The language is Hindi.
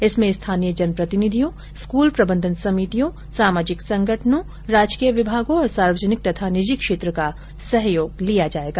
इसमें स्थानीय जनप्रतिनिधियों स्कूल प्रबन्धन समितियों सामाजिक संगठनों राजकीय विभागों और सार्वजनिक तथा निजी क्षेत्र का सहयोग लिया जायेगा